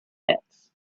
pits